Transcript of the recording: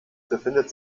befindet